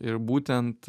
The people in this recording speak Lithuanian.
ir būtent